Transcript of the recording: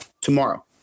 tomorrow